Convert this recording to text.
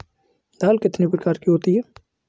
दाल कितने प्रकार की होती है?